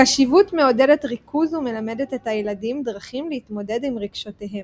הקשיבות מעודדת ריכוז ומלמדת את הילדים דרכים להתמודד עם רגשותיהם.